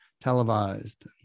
televised